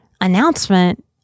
announcement